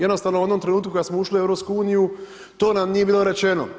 Jednostavno u onom trenutku kada smo ušli u EU to nam nije bilo rečeno.